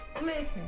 listen